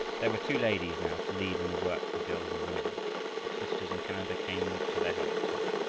there were two ladies now to lead in the work for girls and women. their sisters in canada came to their help too.